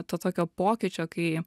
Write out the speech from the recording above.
to tokio pokyčio kai